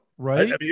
Right